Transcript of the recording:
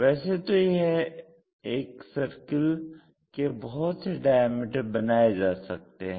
वैसे तो एक सर्किल के बहुत से डायामीटर बनाये जा सकते हैं